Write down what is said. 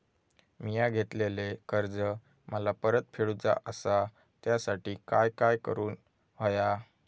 मिया घेतलेले कर्ज मला परत फेडूचा असा त्यासाठी काय काय करून होया?